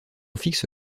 fixe